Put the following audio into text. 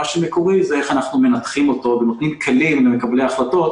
מה שמקורי הוא איך אנחנו מנתחים אותו ונותנים כלים למקבלי ההחלטות